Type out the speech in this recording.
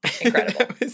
incredible